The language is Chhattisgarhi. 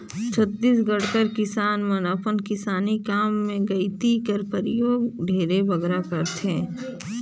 छत्तीसगढ़ कर किसान मन अपन किसानी काम मे गइती कर परियोग ढेरे बगरा करथे